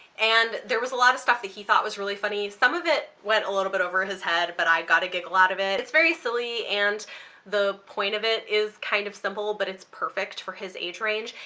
and there was a lot of stuff that he thought was really funny. some of it went a little bit over his head but i gotta giggle out of. it, it's very silly and the point of it is kind of simple, but it's perfect for his age range.